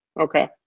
Okay